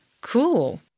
Cool